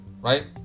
right